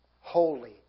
Holy